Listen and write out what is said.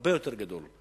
הרבה יותר גדול.